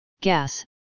gas